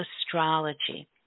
astrology